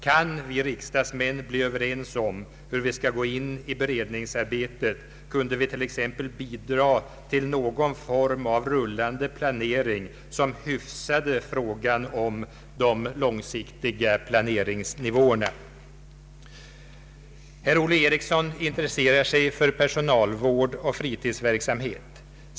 Kan vi riksdagsmän bli överens om hur vi skall gå in i be redningsarbetet kunde vi t.ex. bidra till någon form av rullande planering, som hyfsade frågan om de långsiktiga planeringsnivåerna. Herr Olle Eriksson intresserar sig för personalvård och = fritidsverksamhet.